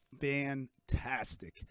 fantastic